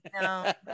no